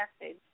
message